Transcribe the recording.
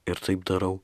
ir taip darau